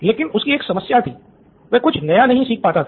लेकिन उसकी एक समस्या थी वह कुछ नया नहीं सीख पाता था